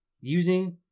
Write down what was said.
Using